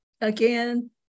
again